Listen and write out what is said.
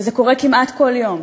וזה קורה כמעט כל יום: